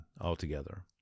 altogether